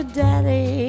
daddy